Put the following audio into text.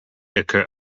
occur